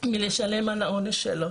מלשלם על העונש שלו